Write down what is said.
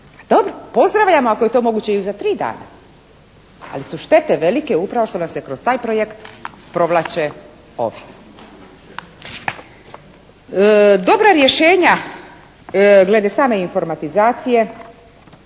Dobro, pozdravljamo ako je to moguće i za 3 dana. Ali su štete velike upravo što nam se kroz taj projekt provlače ovi. Dobra rješenja glede same informatizacije